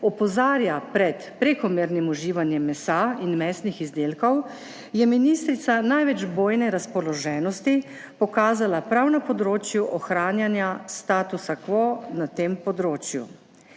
opozarja pred prekomernim uživanjem mesa in mesnih izdelkov, je ministrica največ bojne razpoloženosti pokazala prav na področju ohranjanja statusa quo na tem področju.